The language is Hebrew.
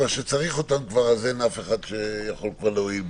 ובסוף כשיצטרכו אותם כבר לא יהיה אף אחד שיוכל להועיל בעניין.